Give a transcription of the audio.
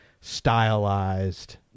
stylized